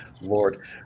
Lord